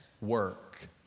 work